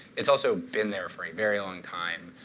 it's also been there for a very long time.